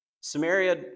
Samaria